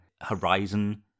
Horizon